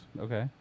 Okay